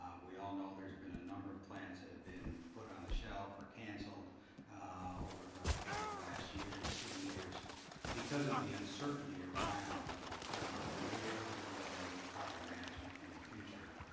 we all know there has been a number of plants that have been put on the shelf or cancelled over the over the last year to two years because of the uncertainty around where are we going with carbon management in the future.